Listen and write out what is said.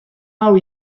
hau